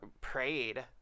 prayed